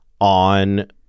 on